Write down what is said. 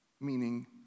meaning